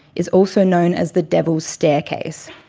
is also known as the devil's staircase.